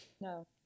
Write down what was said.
No